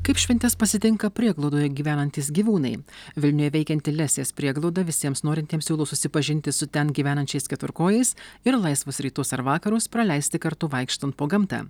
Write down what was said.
kaip šventes pasitinka prieglaudoje gyvenantys gyvūnai vilniuje veikianti lesės prieglauda visiems norintiems siūlo susipažinti su ten gyvenančiais keturkojais ir laisvus rytus ar vakarus praleisti kartu vaikštant po gamtą